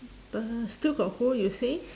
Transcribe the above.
the still got who you say